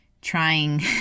trying